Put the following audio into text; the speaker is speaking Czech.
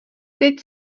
teď